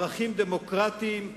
לערכים דמוקרטיים,